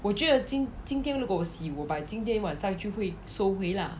我觉得今今天如果我洗我 by 今天晚上就会收回 lah